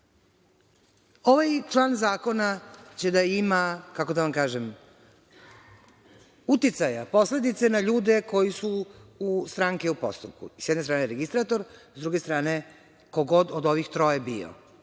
član zakona će imati kako bih rekla uticaja, posledice na ljude koji su stranke u postupku. Sa jedne strane registrator, sa druge strane ko god od ovih troje bio,